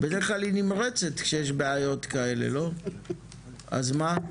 בדרך כלל היא נמרצת כשיש בעיות כאלה, אז מה?